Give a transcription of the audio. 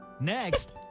Next